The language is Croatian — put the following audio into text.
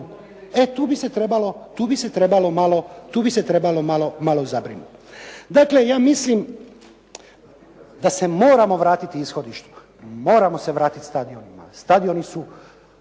tu bi se trebalo malo zabrinuti. Dakle, ja mislim da se moramo vratiti ishodištima, moramo se vratiti stadionima, stadioni su